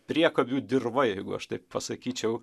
priekabių dirva jeigu aš taip pasakyčiau